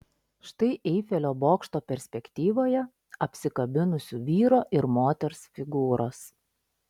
štai eifelio bokšto perspektyvoje apsikabinusių vyro ir moters figūros